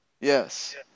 Yes